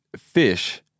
fish